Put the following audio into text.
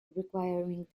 requiring